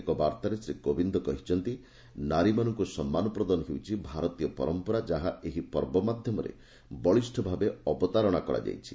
ଏକ ବାର୍ତ୍ତାରେ ଶ୍ରୀ କୋବିନ୍ଦ କହିଛନ୍ତି ନାରୀମାନଙ୍କୁ ସମ୍ମାନ ପ୍ରଦାନ ହେଉଛି ଭାରତୀୟ ପରମ୍ପରା ଯାହା ଏହି ପର୍ବ ମାଧ୍ୟମରେ ବଳିଷ୍ଣ ଭାବେ ଅବତାରଣା କରାଯାଇଛି